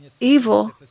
evil